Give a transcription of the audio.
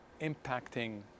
impacting